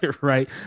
right